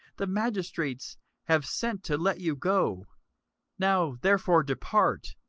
the magistrates have sent to let you go now therefore depart,